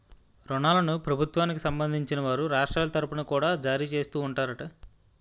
ఋణాలను ప్రభుత్వానికి సంబంధించిన వారు రాష్ట్రాల తరుపున కూడా జారీ చేస్తూ ఉంటారట